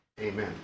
amen